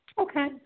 Okay